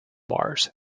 bars